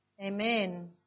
Amen